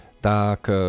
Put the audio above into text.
tak